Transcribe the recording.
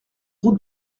route